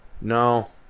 No